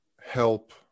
help